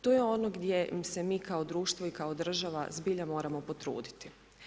To je ono gdje im se mi kao društvo i kao država zbilja moramo potruditi.